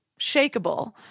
shakable